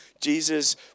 Jesus